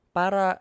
para